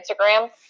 Instagram